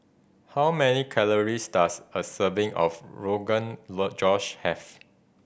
how many calories does a serving of Rogan Josh have